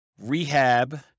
rehab